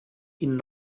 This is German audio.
ihnen